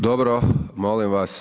Dobro, molim vas.